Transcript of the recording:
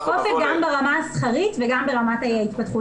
אנחנו נבוא --- קושי גם ברמה השכרית וגם ברמת ההתפתחות